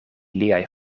liaj